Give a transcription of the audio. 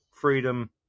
freedom